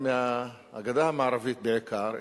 מהגדה המערבית בעיקר,